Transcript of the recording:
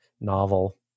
novel